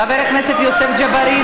חבר הכנסת יוסף ג'בארין,